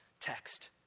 text